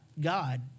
God